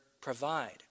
provide